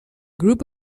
group